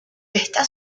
está